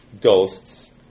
ghost's